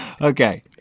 Okay